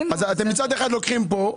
אתם מצד אחד לוקחים פה.